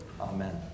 Amen